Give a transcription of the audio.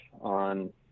on